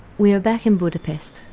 we are back in budapest,